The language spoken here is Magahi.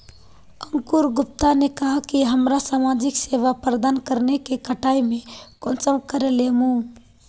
अंकूर गुप्ता ने कहाँ की हमरा समाजिक सेवा प्रदान करने के कटाई में कुंसम करे लेमु?